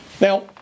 now